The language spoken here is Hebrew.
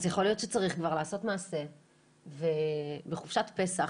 אז יכול להיות שצריך כבר לעשות מעשה ובחופשת הפסח